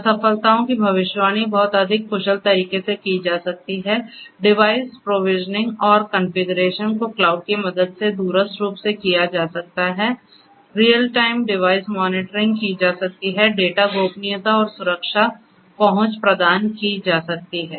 असफलताओं की भविष्यवाणी बहुत अधिक कुशल तरीके से की जा सकती है डिवाइस प्रोविजनिंग और कॉन्फ़िगरेशन को क्लाउड की मदद से दूरस्थ रूप से किया जा सकता है रियल टाइम डिवाइस मॉनिटरिंग की जा सकती है डेटा गोपनीयता और सुरक्षा पहुंच प्रदान की जा सकती है